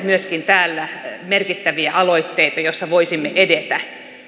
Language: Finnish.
myöskin täällä merkittäviä aloitteita joissa voisimme edetä